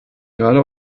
gerade